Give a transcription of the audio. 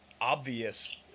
obvious